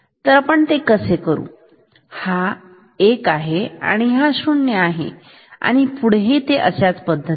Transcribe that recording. तरहे आपण असे करू हा 1 आहे हा 0 आहे पुढेही अश्याच पद्धतीने